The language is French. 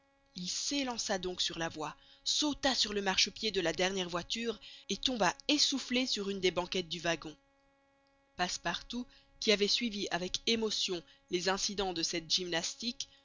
il s'élança donc sur la voie sauta sur le marchepied de la dernière voiture et tomba essoufflé sur une des banquettes du wagon passepartout qui avait suivi avec émotion les incidents de cette gymnastique